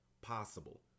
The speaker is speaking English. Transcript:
possible